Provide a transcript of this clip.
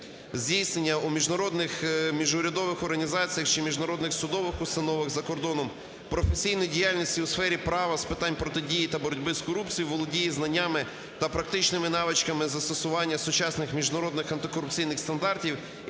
здійснення у міжнародних, міжурядових організаціях чи міжнародних судових установах за кордоном професійної діяльності у сфері права з питань протидії та боротьби з корупцією, володіє знаннями та практичними навичками застосування сучасних міжнародних антикорупційних стандартів